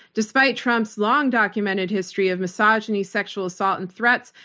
despite trump's long documented history of misogyny, sexual assault and threats,